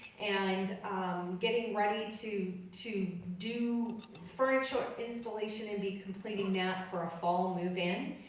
and getting ready to to do furniture installation and be completing that for a fall move-in.